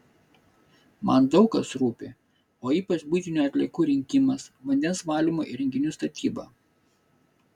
man daug kas rūpi o ypač buitinių atliekų rinkimas vandens valymo įrenginių statyba